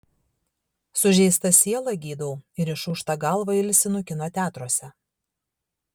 sužeistą sielą gydau ir išūžtą galvą ilsinu kino teatruose